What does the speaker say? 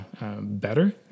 better